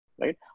right